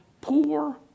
poor